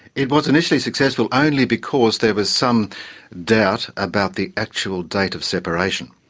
it was initially successful only because there was some doubt about the actual date of separation.